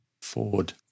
Ford